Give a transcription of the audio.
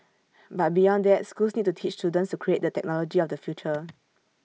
but beyond that schools need to teach students to create the technology of the future